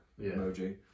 emoji